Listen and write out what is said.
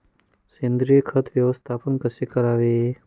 सेंद्रिय खत व्यवस्थापन कसे करावे?